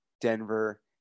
Denver